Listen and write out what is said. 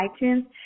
iTunes